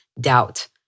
doubt